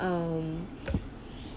um